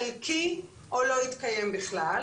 חלקי או לא התקיים בכלל,